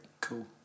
cool